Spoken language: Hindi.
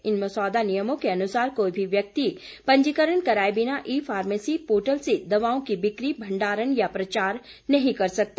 इन मसौदा नियमों के अनुसार कोई भी व्यक्ति पंजीकरण कराए बिना ई फार्मेसी पोर्टल से दवाओं की बिकी भंडारण या प्रचार नहीं कर सकता